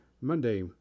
Monday